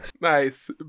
Nice